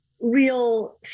real